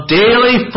daily